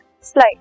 slide